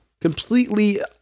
Completely